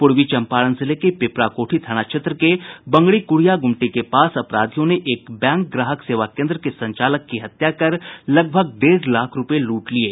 पूर्वी चम्पारण जिले के पिपराकोठी थाना क्षेत्र के बंगरी क्ड़िया ग्रमटी के पास अपराधियों ने एक बैंक ग्राहक सेवा केन्द्र के संचालक की हत्या कर लगभग डेढ़ लाख रूपये लूट लिये